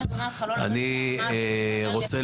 אני אומרת לא לרדת לרמה הזאת,